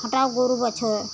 हटाओ गोरू बच्छो